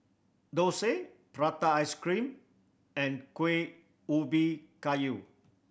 dosa prata ice cream and Kuih Ubi Kayu